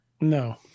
No